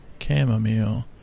Chamomile